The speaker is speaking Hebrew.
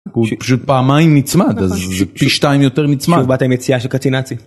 הוא פשוט פעמיים נצמד, פי שתיים יותר נצמד.